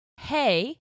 hey